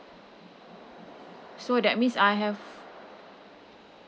so that means I have